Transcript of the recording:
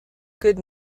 good